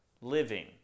living